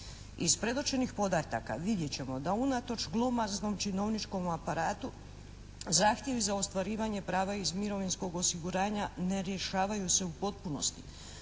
Iz predočenih podataka vidjet ćemo da unatoč glomaznom činovničkom aparatu zahtjevi za ostvarivanje prava iz mirovinskog osiguranja ne rješavaju se u potpunosti.